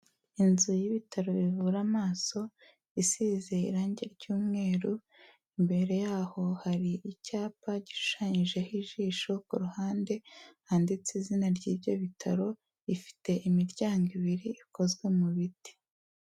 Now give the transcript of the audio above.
Inzu y'ibitaro bivura amaso, isize irangi ry'umweru, imbere yaho hari icyapa gishushanyijeho ijisho, ku ruhande handitse izina ry'ibyo bitaro, bifite imiryango ibiri, ikozwe mu biti.